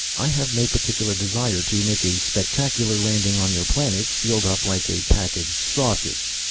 i have no particular desire to make a spectacular landing on your planet sealed up like a packaged sausage.